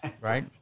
Right